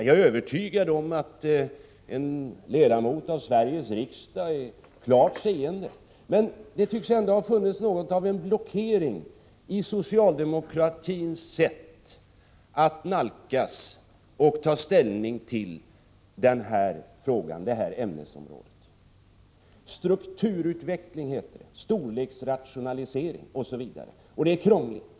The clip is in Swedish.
Jag är övertygad om att en ledamot av Sveriges riksdag ser klart, men det tycks ändå ha funnits något av en blockering i socialdemokratins sätt att nalkas och ta ställning till det här ämnesområdet. Det heter strukturutveckling, storleksrationalisering osv., och det är krångligt.